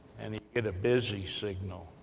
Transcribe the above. and he get a busy signal.